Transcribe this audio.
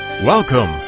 Welcome